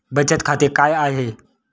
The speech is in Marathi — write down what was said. बचत खाते काय आहे?